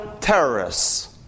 terrorists